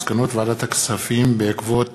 מסקנות ועדת הכספים בעקבות